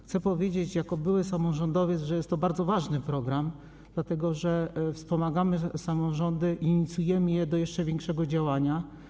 Chcę powiedzieć jako były samorządowiec, że jest to bardzo ważny program, dlatego że wspomagamy samorządy i inspirujemy je do jeszcze większego działania.